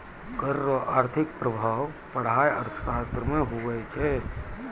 कर रो आर्थिक प्रभाब पढ़ाय अर्थशास्त्र मे हुवै छै